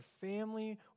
family